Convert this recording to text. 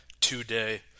today